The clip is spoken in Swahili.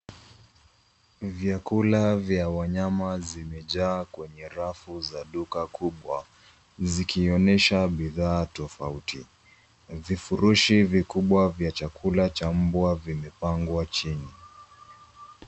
Vyakula vya wanyama zimejaa kwenye rafu za duka kubwa zikionyesha bidhaa tafauti, virufushi vikubwa vya chakula cha mbwa vimepangwa chini.